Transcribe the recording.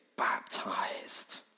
baptized